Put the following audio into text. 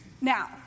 Now